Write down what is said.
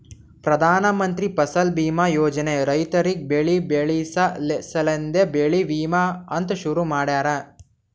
ಪ್ರಧಾನ ಮಂತ್ರಿ ಫಸಲ್ ಬೀಮಾ ಯೋಜನೆ ರೈತುರಿಗ್ ಬೆಳಿ ಬೆಳಸ ಸಲೆಂದೆ ಬೆಳಿ ವಿಮಾ ಅಂತ್ ಶುರು ಮಾಡ್ಯಾರ